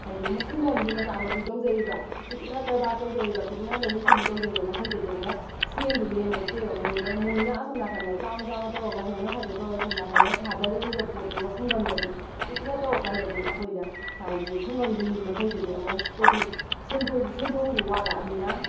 ꯍꯥꯏꯗꯤ ꯈꯨꯡꯒꯪꯒꯤ ꯃꯆꯥ ꯃꯁꯨ ꯇꯧꯖꯔꯤꯕ ꯄꯤꯛꯅ ꯀꯔꯕꯥꯔ ꯇꯧꯖꯔꯤꯕ ꯄꯤꯛꯅ ꯂꯧꯎ ꯁꯤꯡꯎ ꯇꯧꯖꯔꯤꯕ ꯃꯈꯩꯗꯗꯤ ꯑꯃꯨꯛ ꯁꯦꯜꯗꯨ ꯂꯦꯝꯃꯛꯇꯦꯕ ꯃꯣꯏꯅ ꯑꯁꯣꯝ ꯅꯥꯀꯜꯗ ꯆꯥꯎꯅ ꯆꯥꯎꯅ ꯇꯧꯔꯒ ꯍꯣꯡꯅ ꯊꯥꯗꯣꯛꯈ꯭ꯔꯒ ꯁꯣꯝ ꯅꯥꯀꯜꯗꯅ ꯊꯥꯗꯈ꯭ꯔꯤꯕ ꯄꯣꯠꯇꯨ ꯈꯨꯡꯒꯪꯗꯗꯤ ꯄꯤꯛꯅ ꯇꯧꯔ ꯀꯥꯟꯗꯗꯤ ꯑꯩꯈꯣꯏꯗ ꯍꯥꯏꯗꯤ ꯈꯨꯡꯒꯪꯒꯤ ꯃꯤ ꯃꯈꯩꯗꯗꯤ ꯑꯃꯨꯛ ꯄꯣꯠꯊꯣꯛ ꯁꯦꯟꯗꯣꯡꯗꯨ ꯋꯥꯠꯂꯛꯂꯕꯅꯤꯅ